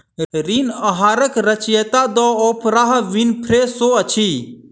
ऋण आहारक रचयिता द ओपराह विनफ्रे शो अछि